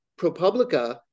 ProPublica